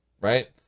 right